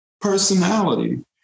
personality